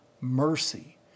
mercy